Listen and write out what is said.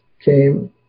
came